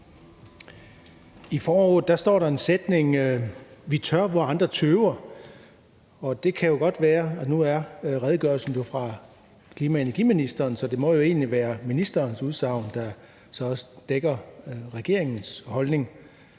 I foråret så man sætningen: Vi tør, hvor andre tøver. Det kan jo godt være, og nu er redegørelsen fra klima-, energi- og forsyningsministeren, så det må jo egentlig være ministerens udsagn, der så også dækker regeringens holdning,